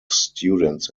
students